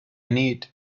need